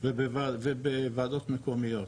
ובוועדות מקומיות,